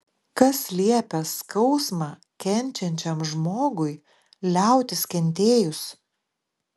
kas liepia skausmą kenčiančiam žmogui liautis kentėjus